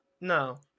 no